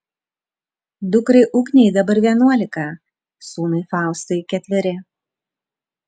dukrai ugnei dabar vienuolika sūnui faustui ketveri